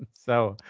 so,